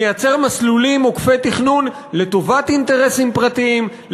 נייצר מסלולים עוקפי-תכנון לטובת אינטרסים פרטיים,